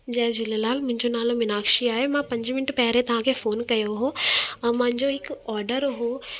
जय झूलेलाल मुंहिंजो नालो मीनाक्षी आहे मां पंज मिंट पहिरीं तव्हांखे फ़ोन कयो हो ऐं मुंहिंजो हिकु ऑडर हो